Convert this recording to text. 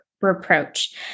reproach